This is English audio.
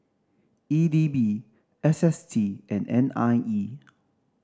E D B S S T and N I E